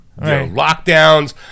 lockdowns